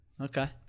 Okay